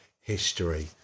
history